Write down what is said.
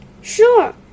Sure